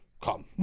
Come